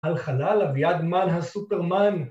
‫על חלל אביעד מן הסופרמן.